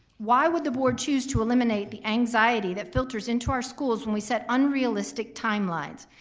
why would the board choose to eliminate the anxiety that filters into our schools when we set unrealistic timelines?